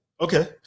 Okay